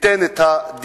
תיתן את הדין.